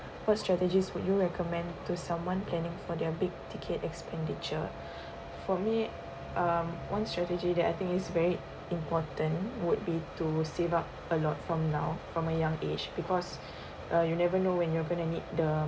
what strategies would you recommend to someone planning for their big ticket expenditure for me um one strategy that I think is very important would be to save up a lot from now from a young age because uh you never know when you are going to need the